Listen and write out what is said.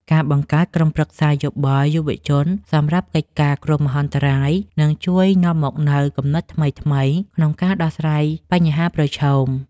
ការបង្កើតក្រុមប្រឹក្សាយោបល់យុវជនសម្រាប់កិច្ចការគ្រោះមហន្តរាយនឹងជួយនាំមកនូវគំនិតថ្មីៗក្នុងការដោះស្រាយបញ្ហាប្រឈម។